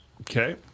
Okay